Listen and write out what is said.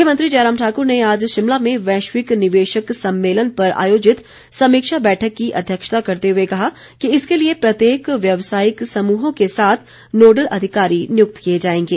मुख्यमंत्री जयराम ठाकुर ने आज शिमला में वैश्विक निवेशक सम्मेलन पर आयोजित समीक्षा बैठक की अध्यक्षता करते हुए कहा कि इसके लिए प्रत्येक व्यवसायिक समूहों के साथ नोडल अधिकारी नियुक्त किए जाएंगे